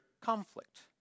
conflict